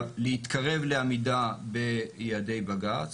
להתקרב לעמידה ביעדי בג"צ.